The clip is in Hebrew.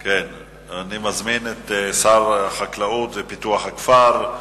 אני מזמין את שר החקלאות ופיתוח הכפר.